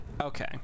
Okay